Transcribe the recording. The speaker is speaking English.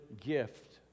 gift